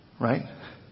right